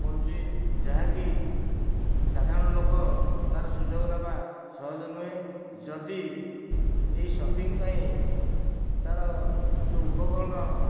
ପଡ଼ୁଛି ଯାହାକି ସାଧାରଣ ଲୋକ ତାର ସୁଯୋଗ ନେବା ସହଜ ନୁହେଁ ଯଦି ଏଇ ସପିଙ୍ଗ ପାଇଁ ତାର ଯେଉଁ ଉପକରଣ